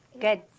Good